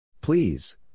Please